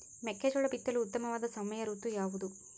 ಮೆಕ್ಕೆಜೋಳ ಬಿತ್ತಲು ಉತ್ತಮವಾದ ಸಮಯ ಋತು ಯಾವುದು?